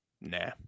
Nah